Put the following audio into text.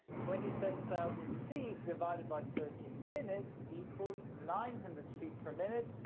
twenty seven thousand feet divided by thirty minutes equals nine hundred feet per minute,